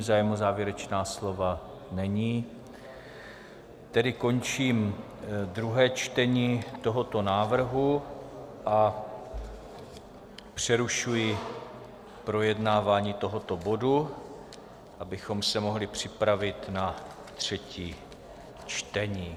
Zájem o závěrečná slova není, tedy končím druhé čtení tohoto návrhu a přerušuji projednávání tohoto bodu, abychom se mohli připravit na třetí čtení.